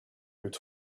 what